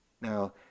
Now